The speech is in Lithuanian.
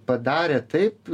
padarė taip